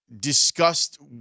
discussed